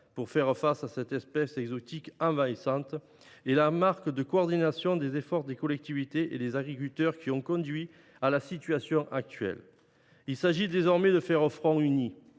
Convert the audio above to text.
pour faire face à cette espèce exotique envahissante et le manque de coordination des efforts des collectivités et des agriculteurs, qui ont conduit à la situation actuelle. Il s’agit désormais de faire front uni